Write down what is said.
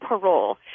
parole